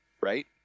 right